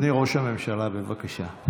אדוני ראש הממשלה, בבקשה.